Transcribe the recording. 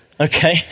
Okay